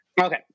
Okay